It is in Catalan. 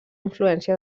influència